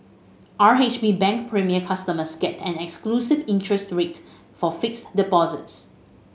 R H B Bank Premier customers get an exclusive interest rate for fixed deposits